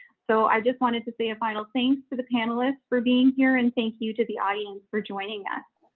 so i just wanted to say a final thanks to the panelists for being here and thank you to the audience for joining us.